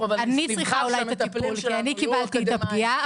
אנחנו הוועדה -- אני צריכה אולי את הטיפול כי אני קיבלתי את הפגיעה,